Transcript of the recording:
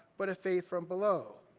but a faith from below.